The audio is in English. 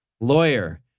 lawyer